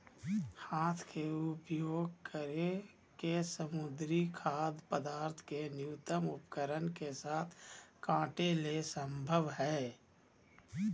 हाथ के उपयोग करके समुद्री खाद्य पदार्थ के न्यूनतम उपकरण के साथ काटे ले संभव हइ